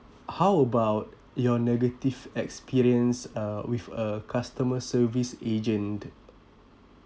how about your negative experience uh with a customer service agent